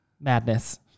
Madness